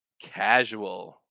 casual